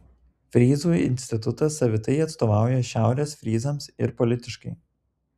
fryzų institutas savitai atstovauja šiaurės fryzams ir politiškai